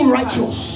righteous